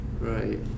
Right